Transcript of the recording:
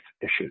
issues